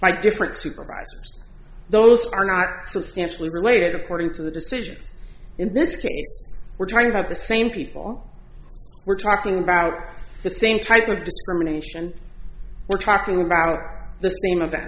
by different supervisors those are not substantially related according to the decisions in this case we're talking about the same people we're talking about the same type of discrimination we're talking about the same